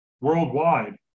worldwide